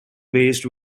based